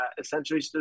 essentially